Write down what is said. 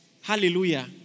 Hallelujah